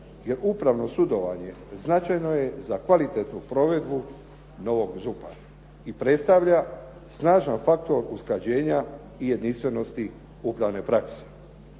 jer upravno sudovanje značajno je za kvalitetnu provedbu novog ZUP-a i predstavlja snažan faktor usklađenja i jedinstvenosti upravne prakse.